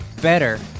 better